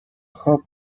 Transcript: خواب